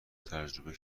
تجربه